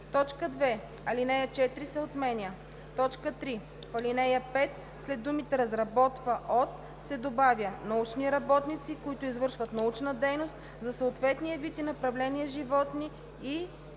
1.“ 2. Алинея 4 се отменя. 3. В ал. 5 след думите „разработва от“ се добавя „научни работници, които извършват научна дейност за съответния вид и направление животни, и“